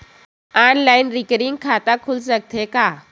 Online recurring खाता खुल सकथे का?